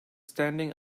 standing